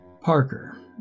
Parker